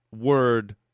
word